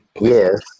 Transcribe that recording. Yes